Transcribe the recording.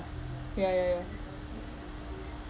ya ya ya